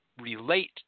relate